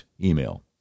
email